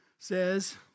says